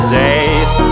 days